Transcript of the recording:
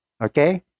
Okay